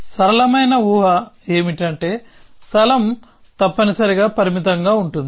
సరళమైన ఊహ ఏమిటంటే స్థలం తప్పనిసరిగా పరిమితంగా ఉంటుంది